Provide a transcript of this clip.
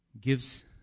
gives